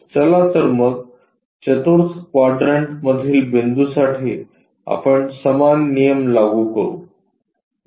चला तर मग चतुर्थ क्वाड्रंट मधील बिंदूसाठी आपण समान नियम लागू करू